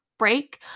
break